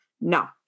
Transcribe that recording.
No